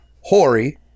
Hori